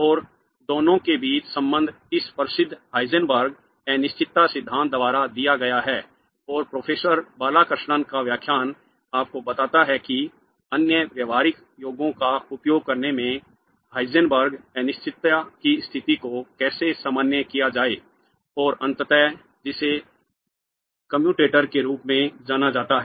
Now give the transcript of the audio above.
और दोनों के बीच संबंध इस प्रसिद्ध हाइजेनबर्ग अनिश्चितता सिद्धांत द्वारा दिया गया है और प्रोफेसर बालकृष्णन का व्याख्यान आपको बताता है कि अन्य व्यवहारिक योगों का उपयोग करने में हाइजेनबर्ग अनिश्चितता की स्थिति को कैसे सामान्य किया जाए और अंततः जिसे कम्यूटेटर के रूप में जाना जाता है